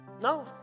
No